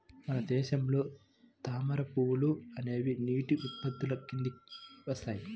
మన దేశంలో తామర పువ్వులు అనేవి నీటి ఉత్పత్తుల కిందికి వస్తాయి